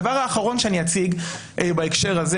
הדבר האחרון שאציג בהקשר הזה